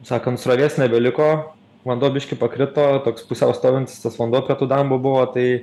sakant srovės nebeliko vanduo biškį pakrito toks pusiau stovintis tas vanduo tų dambų buvo tai